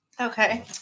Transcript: Okay